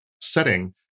setting